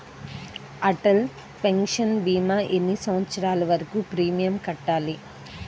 Atal pension భీమా ఎన్ని సంవత్సరాలు వరకు ప్రీమియం కట్టాలి?